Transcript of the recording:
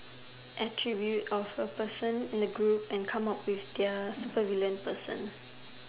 attribute of a person in a group and come up with their super villain person